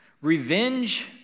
Revenge